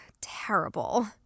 terrible